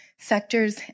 sectors